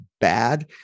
bad